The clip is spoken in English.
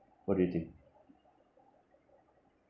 what do you think